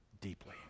deeply